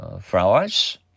flowers